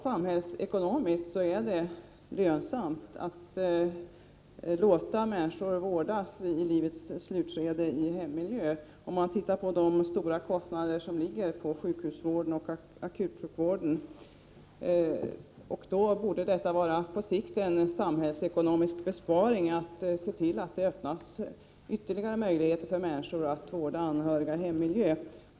Samhällsekonomiskt är det totalt sett lönsamt att låta människor i livets slutskede vårdas i hemmiljö, om man ser till de stora kostnader som sjukhusvården för med sig. Därför borde det på sikt vara en samhällsekonomisk besparing att se till att det skapas ytterligare möjligheter för människor att vårda anhöriga i hemmiljö.